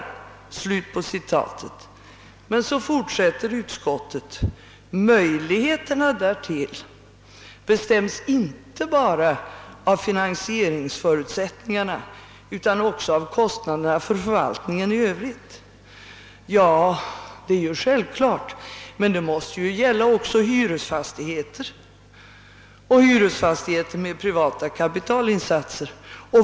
Men så fortsätter utskottet: »Det är emellertid uppenbart att möjligheten att vinna sådana fördelar inte endast bestäms av finansieringsförutsättningarna utan också av kostnaderna för förvaltningen i övrigt och formerna härför.» Det är självklart, men detta måste ju gälla också hyresfastigheter med privata kapitalinsatser.